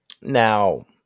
Now